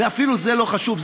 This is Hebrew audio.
ואפילו זה לא חשוב,